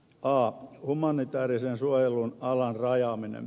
a humanitaarisen suojelun alan rajaaminen